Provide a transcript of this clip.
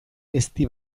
ezti